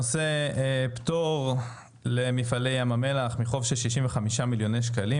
משרד המשפטים פטר את מפעלי ים המלח מחוב של 65 מיליון שקל,